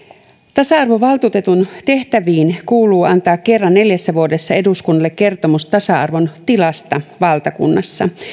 tasa arvovaltuutetun tehtäviin kuuluu antaa kerran neljässä vuodessa eduskunnalle kertomus tasa arvon tilasta valtakunnassa